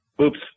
Oops